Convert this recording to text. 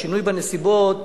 השינוי בנסיבות,